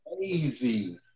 easy